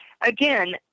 again